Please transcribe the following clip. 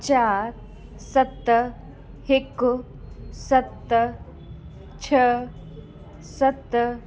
चारि सत हिकु सत छह सत